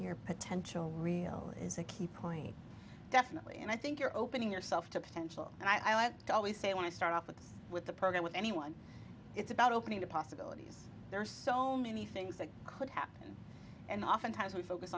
your potential real is a key point definitely and i think you're opening yourself to potential and i want to always say i want to start off with with the program with anyone it's about opening the possibilities there are so many things that could happen and oftentimes we focus